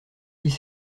dix